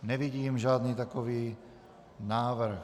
Nevidím žádný takový návrh.